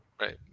Right